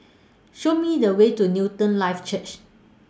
Show Me The Way to Newton Life Church